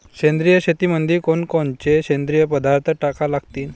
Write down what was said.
सेंद्रिय शेतीमंदी कोनकोनचे सेंद्रिय पदार्थ टाका लागतीन?